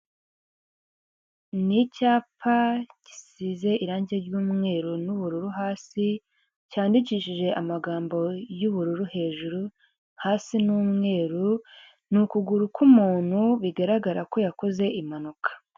Ni icyapa gisize irangi ry'umweru n'ubururu hasi, cyandikishije amagambo y'ubururu hejuru, hasi ni umweru, ni ukuguru k'umuntu bigaragara ko yakoze impanuka.